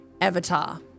avatar